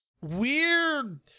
weird